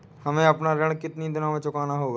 हमें अपना ऋण कितनी दिनों में चुकाना होगा?